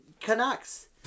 Canucks